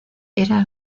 era